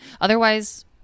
Otherwise